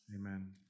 Amen